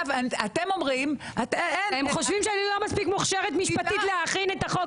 אתם אומרים --- הם חושבים שאני לא מספיק מוכשרת משפטית להכין את החוק.